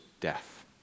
death